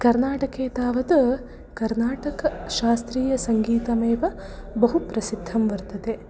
कर्नाटके तावत् कर्नाटकशास्त्रीयसङ्गीतमेव बहु प्रसिद्धं वर्तते